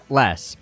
less